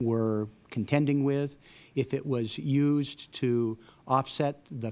were contending with if it was used to offset the